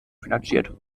finanziert